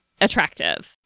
attractive